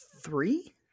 three